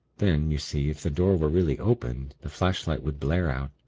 then, you see, if the door were really opened, the flashlight would blare out,